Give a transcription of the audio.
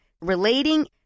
relating